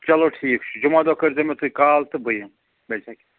چلو ٹھیٖک چھُ جُمعہ دۄہ کٔرۍ زیٚو مےٚ تُہۍ کال تہٕ بہٕ یِمہٕ بیٚیہِ چھا کیٚنٛہہ